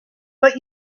but